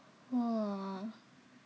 !wow!